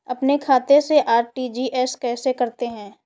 अपने खाते से आर.टी.जी.एस कैसे करते हैं?